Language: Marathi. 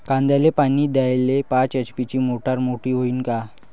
कांद्याले पानी द्याले पाच एच.पी ची मोटार मोटी व्हईन का?